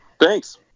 Thanks